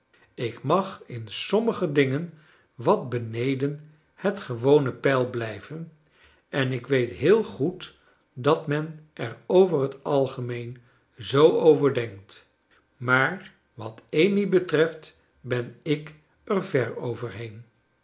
ik mag in sommige dingen wat beneden het gewone peil blijven en ik weet heel goed dat men er over het algemeen zoo over denkt maar wat amy betreft ben ik er ver